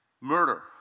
murder